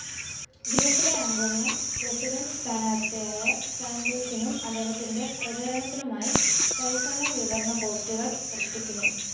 ഗ്രൂപ്പിലെ അംഗങ്ങൾ പ്രസിഡന്റ് സ്ഥാനാർത്ഥിയായ സാൻഡേഴ്സിനും അദ്ദേഹത്തിന്റെ പ്രചരണത്തിനുമായി തത്സമയ വിവരണ പോസ്റ്റുകൾ സൃഷ്ടിക്കുന്നു